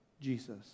Jesus